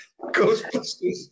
Ghostbusters